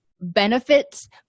Benefits